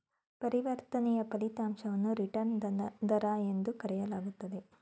ಪರಿವರ್ತನೆಯ ಫಲಿತಾಂಶವನ್ನು ರಿಟರ್ನ್ ದರ ಎಂದು ಕರೆಯಲಾಗುತ್ತೆ